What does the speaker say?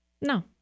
No